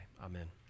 Amen